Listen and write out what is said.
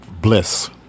bliss